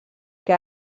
que